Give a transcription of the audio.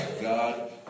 God